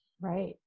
Right